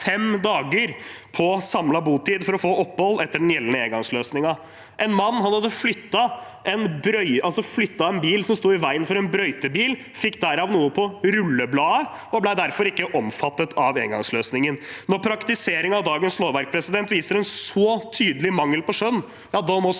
på samlet botid for å få opphold etter den gjeldende engangsløsningen. En mann som hadde flyttet en bil som sto i veien for en brøytebil og derav fikk noe på rullebladet, ble derfor ikke omfattet av engangsløsningen. Når praktisering av dagens lovverk viser en så tydelig mangel på skjønn, må